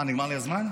מה, נגמר לי הזמן?